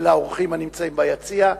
ולאורחים הנמצאים ביציע.